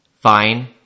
fine